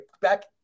back